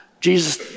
Jesus